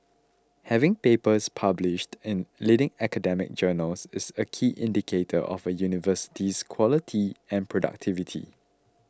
having papers published in leading academic journals is a key indicator of a university's quality and productivity